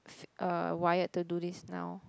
uh wired to do this now